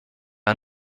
are